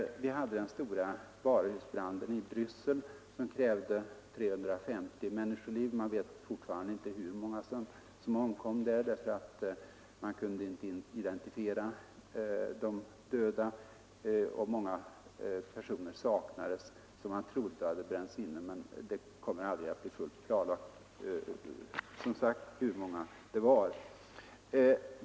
Den stora varuhusbranden i Bryssel krävde minst 350 människoliv. Man vet fortfarande inte exakt hur många som omkom där, därför att man inte kunde identifiera de döda. Alltjämt saknas många personer som man antar hade bränts inne. Det kommer aldrig att bli fullt klarlagt hur många det var.